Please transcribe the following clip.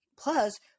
Plus